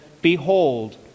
behold